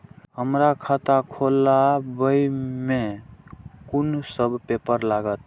हमरा खाता खोलाबई में कुन सब पेपर लागत?